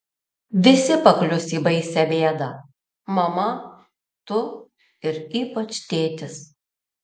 visi paklius į baisią bėdą mama tu ir ypač tėtis